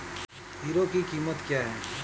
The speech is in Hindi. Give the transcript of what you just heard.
हीरो की कीमत क्या है?